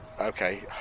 Okay